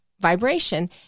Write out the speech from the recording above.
vibration